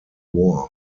war